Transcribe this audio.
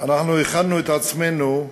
הכנו את עצמנו.